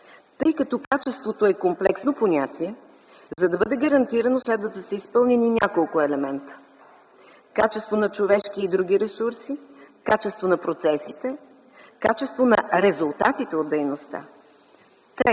Тъй като качеството е комплексно понятие, за да бъде гарантирано, следва да са изпълнени няколко елемента: качество на човешки и други ресурси, качество на процесите, качество на резултатите от дейността.